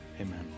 Amen